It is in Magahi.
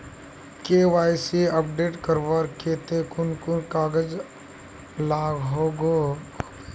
के.वाई.सी अपडेट करवार केते कुन कुन कागज लागोहो होबे?